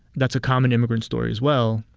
that's a common immigrant story as well.